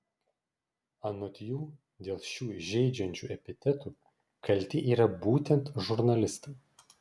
anot jų dėl šių žeidžiančių epitetų kalti yra būtent žurnalistai